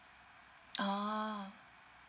oh